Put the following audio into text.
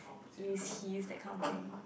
if he is that kind of thing